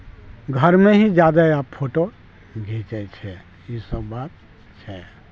घरमे ही जादे आब फोटो घीचै छै ई सब बात छै